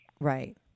Right